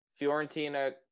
Fiorentina